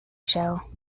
show